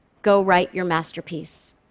go write your masterpiece.